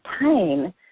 pain